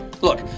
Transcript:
Look